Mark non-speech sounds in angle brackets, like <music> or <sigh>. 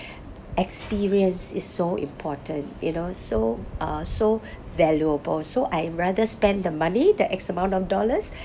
<breath> experience is so important you know so uh so <breath> valuable so I rather spend the money the x amount of dollars